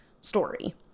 story